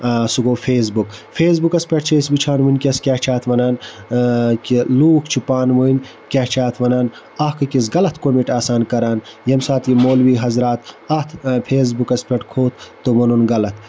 سُہ گوٚو facebook فیس بُکَس پٮٹھ چھِ أسۍ وٕچھان وٕنۍکٮ۪س کیاہ چھِ اتھ وَنان کہِ لوٗکھ چھِ پانہٕ ؤنۍ کیاہ چھِ اتھ وَنان اکھ أکِس غلَط کوٚمٮ۪نٹ آسان کَران ییٚمہِ ساتہٕ یہِ مولوی حضرات اتھ فیس بُکَس پیٹھ کھوٚت تہٕ ووٚنُن غلَط